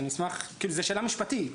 זו שאלה משפטית.